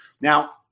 Now